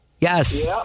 Yes